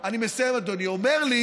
אומר לי